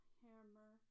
hammer